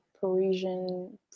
parisian